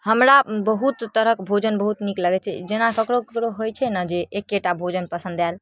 हमरा बहुत तरहके भोजन बहुत नीक लगै छै जेना ककरो ककरो होइ छै ने जे एकेटा भोजन पसन्द आएल